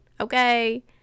Okay